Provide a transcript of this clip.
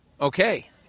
Okay